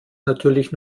natürlich